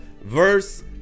verse